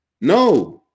No